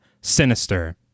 Sinister